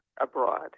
abroad